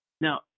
now